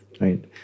right